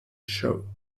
show